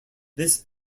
this